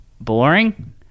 boring